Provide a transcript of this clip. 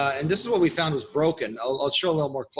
and this is what we found was broken. i'll i'll show a little more,